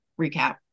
recap